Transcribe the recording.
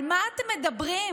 על מה אתם מדברים?